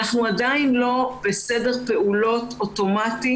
אנחנו עדיין לא בסדר פעולות אוטומטי